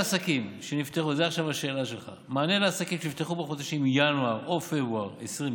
עכשיו לשאלה שלך: מענה לעסקים שנפתחו בחודשים ינואר או פברואר 2020